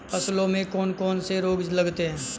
फसलों में कौन कौन से रोग लगते हैं?